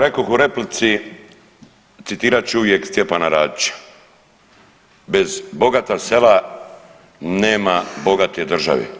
Kao što rekoh u replici, citirat ću uvijek Stjepana Radića, bez bogata sela nema bogate države.